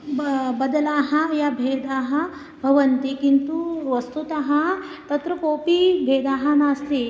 ब बदलाः या भेदाः भवन्ति किन्तु वस्तुतः तत्र कोपि भेदः नास्ति